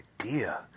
idea